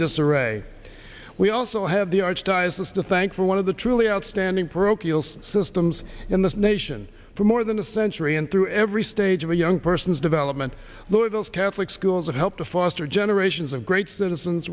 disarray we also have the archdiocese to thank for one of the truly outstanding parochial systems in this nation for more than a century and through every stage of a young person's development of those catholic schools that help to foster generations of great citizens